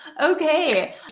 Okay